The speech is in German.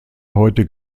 heute